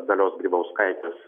dalios grybauskaitės